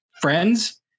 friends